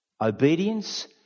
obedience